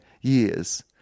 years